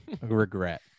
regret